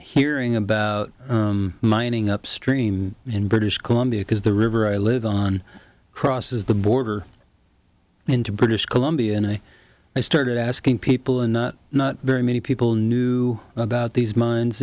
hearing about mining upstream in british columbia because the river i live on crosses the border into british columbia and i started asking people and not very many people knew about these mine